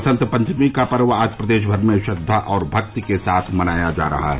वसंत पंचमी का पर्व आज प्रदेश भर में श्रद्धा और भक्ति के साथ मनाया जा रहा है